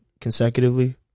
consecutively